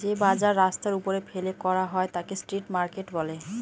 যে বাজার রাস্তার ওপরে ফেলে করা হয় তাকে স্ট্রিট মার্কেট বলে